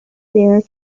bear